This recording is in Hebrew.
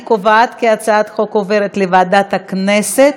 אני קובעת כי הצעת החוק עוברת לוועדת הכנסת.